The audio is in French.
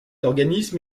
organisme